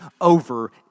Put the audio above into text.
over